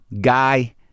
guy